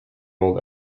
old